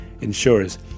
insurers